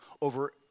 over